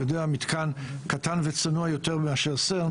מתקן קטן וצנוע הרבה יותר מאשר CERN,